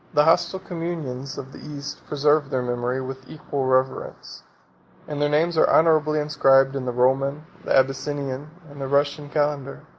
the hostile communions of the east preserve their memory with equal reverence and their names are honorably inscribed in the roman, the abyssinian, and the russian calendar.